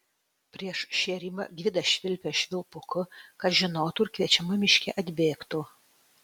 prieš šėrimą gvidas švilpė švilpuku kad žinotų ir kviečiama miške atbėgtų